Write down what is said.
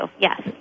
yes